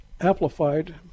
amplified